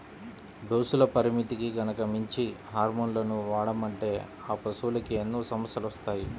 డోసుల పరిమితికి గనక మించి హార్మోన్లను వాడామంటే ఆ పశువులకి ఎన్నో సమస్యలొత్తాయి